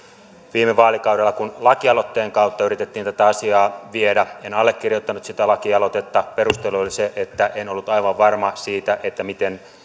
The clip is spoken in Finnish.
viime vaalikaudella kun lakialoitteen kautta yritettiin tätä asiaa viedä en allekirjoittanut sitä lakialoitetta perustelu oli se että en ollut aivan varma siitä siitä miten